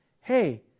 Hey